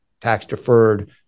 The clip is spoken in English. tax-deferred